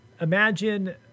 imagine